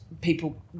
people